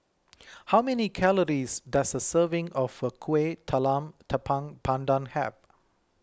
how many calories does a serving of Kuih Talam Tepong Pandan have